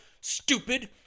stupid